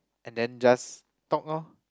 and then just talk lor